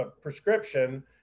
prescription